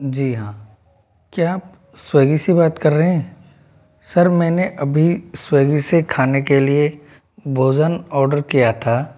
जी हाँ क्या आप स्विग्गी से बात कर रहे हैं सर मैंने अभी स्विग्गी से खाने के लिए भोजन आर्डर किया था